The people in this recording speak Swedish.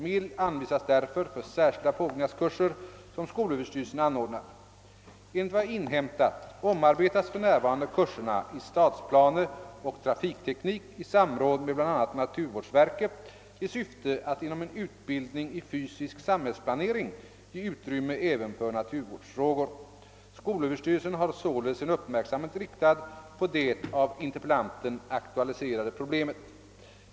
Medel anvisas därför för särskilda påbyggnadskurser, som skolöverstyrelsen anordnar. Enligt vad jag inhämtat omarbetas för närvarande kurserna i stadsplaneoch trafikteknik i samråd med bl.a. naturvårdsverket i syfte att inom en utbildning i fysisk samhällsplanering ge utrymme även för naturvårdsfrågor. Skolöverstyrelsen har således sin uppmärksamhet riktad på det av interpellanten aktualiserade problemet.